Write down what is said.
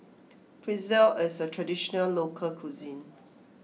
Pretzel is a Traditional Local Cuisine